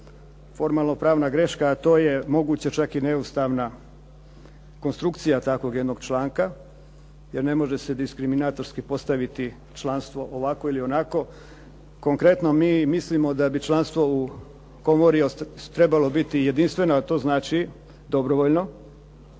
formalno pravna greška a to je moguća čak i neustavna konstrukcija takvog jednog članka jer ne može se diskriminatorski postaviti članstvo ovako ili onako. Konkretno, mi mislimo da bi članstvo u komori trebalo biti jedinstveno a to znači dobrovoljno.